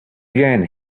again